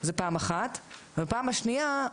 ופעם שנייה,